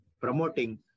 promoting